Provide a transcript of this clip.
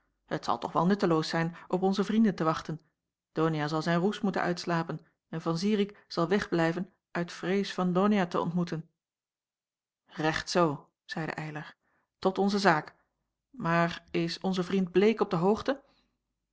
het zal toch wel nutteloos zijn op onze vrienden te wachten donia zal zijn roes moeten uitslapen en van zirik zal wegblijven uit vrees van donia te ontmoeten recht zoo zeide eylar tot onze zaak maar is onze vriend bleek op de hoogte